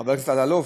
חבר הכנסת אלאלוף,